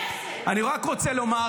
אני רק רוצה לומר,